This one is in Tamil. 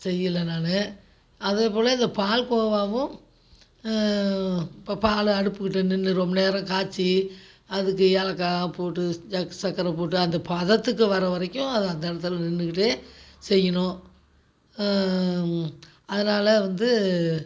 செய்யல நானு அதேபோல இந்த பால்கோவாவும் இப்போ பாலை அடுப்புகிட்ட நின்று ரொம்ப நேரம் காய்ச்சு அதுக்கு ஏலக்காய் போட்டு ச சக்கரை போட்டு அந்த பதத்துக்கு வரவரைக்கும் அந்த இடத்தில் நின்றுக்கிட்டே செய்யணும் அதனால் வந்து